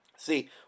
See